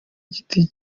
giti